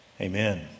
Amen